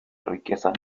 riquezas